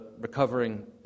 recovering